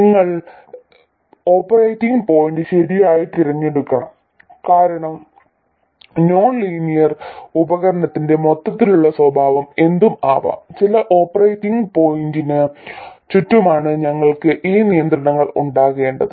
നിങ്ങൾ operating point ശരിയായി തിരഞ്ഞെടുക്കണം കാരണം നോൺ ലീനിയർ ah ഉപകരണത്തിന്റെ മൊത്തത്തിലുള്ള സ്വഭാവം എന്തും ആകാം ചില ഓപ്പറേറ്റിംഗ് പോയിന്റിന് ചുറ്റുമാണ് ഞങ്ങൾക്ക് ഈ നിയന്ത്രണങ്ങൾ ഉണ്ടാകേണ്ടത്